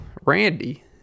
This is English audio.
Randy